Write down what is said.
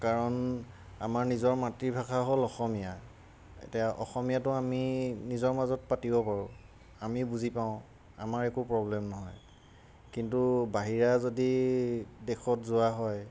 কাৰণ আমাৰ নিজৰ মাতৃভাষা হ'ল অসমীয়া এতিয়া অসমীয়াটো আমি নিজৰ মাজত পাতিব পাৰোঁ আমি বুজি পাওঁ আমাৰ একো প্ৰব্লেম নহয় কিন্তু বাহিৰা যদি দেশত যোৱা হয়